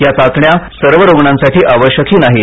या चाचण्या सर्व रुग्णांसाठी आवश्यकही नाहीत